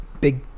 big